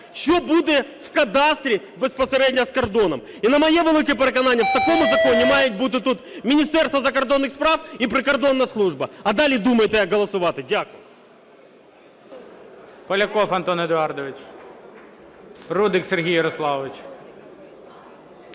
що буде в кадастрі безпосередньо з кордоном. І на моє велике переконання, в такому законі мають бути тут Міністерство закордонних справ і прикордонна служба. А далі думайте, як голосувати. Дякую.